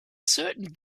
certain